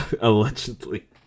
Allegedly